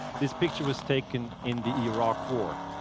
this picture was taken in the iraq war.